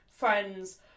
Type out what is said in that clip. friends